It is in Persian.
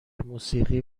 موسیقی